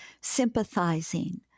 sympathizing